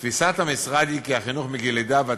תפיסת המשרד היא כי החינוך מגיל לידה ועד